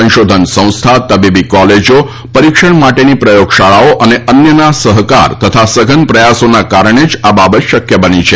સંશોધન સંસ્થા તબીબી કોલેજો પરિક્ષણ માટેની પ્રયોગશાળાઓ અને અન્યના સહકાર તથા સઘન પ્રયાસોના કારણે જ આ બાબત શક્ય બની છે